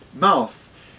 mouth